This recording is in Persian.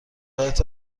هایت